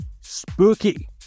spooky